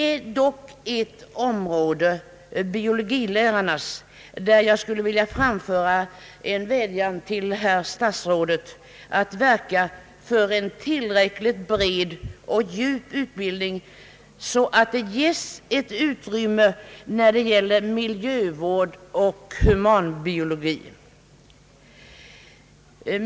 På ett område — biologilärarnas — skulle jag dock vilja rikta en vädjan till statsrådet Moberg att verka för en tillräckligt bred och djup utbildning, så att det ges utrymme för miljövård och humanbiologi.